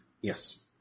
Yes